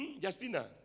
Justina